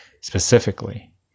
specifically